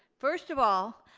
first of all,